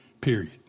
period